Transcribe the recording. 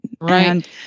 Right